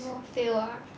!wah! fail ah